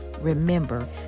Remember